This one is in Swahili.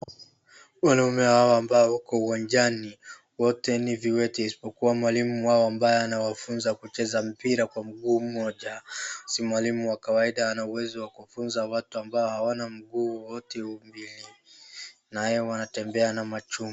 Wanaume hawa wako uwanjani wote ni viwete isipokuwa mwalimu wao ambao anawafunza kucheza mpira kwa mguu mmoja , si mwalimu wa wakawaida anaeza funza watu ambao hawana mguu mbili naye wanatembea na machuma .